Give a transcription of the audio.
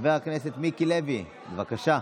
חבר הכנסת מיקי לוי, בבקשה.